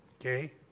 Okay